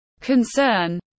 concern